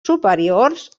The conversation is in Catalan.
superiors